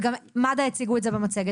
וגם מד"א הציגו את זה במצגת,